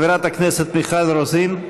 חברת הכנסת מיכל רוזין.